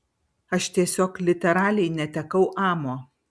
aš tiesiog literaliai netekau amo